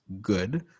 good